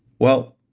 well,